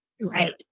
right